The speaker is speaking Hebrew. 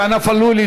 פ/3444/20,